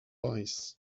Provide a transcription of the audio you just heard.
ice